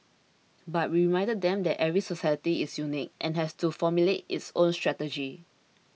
but we reminded them that every society is unique and has to formulate its own strategy